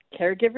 Caregiver